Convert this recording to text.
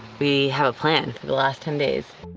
we have a plan for the last ten days.